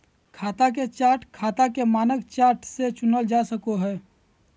खाता के चार्ट खाता के मानक चार्ट से चुनल जा सको हय